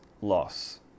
loss